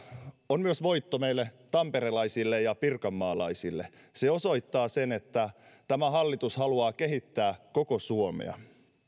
on myös voitto meille tamperelaisille ja pirkanmaalaisille se osoittaa sen että tämä hallitus haluaa kehittää koko suomea